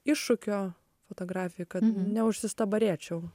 iššūkio fotografijai kad neužsistabarėčiau